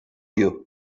you